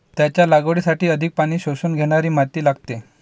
त्याच्या लागवडीसाठी अधिक पाणी शोषून घेणारी माती लागते